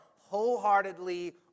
wholeheartedly